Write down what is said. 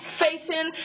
facing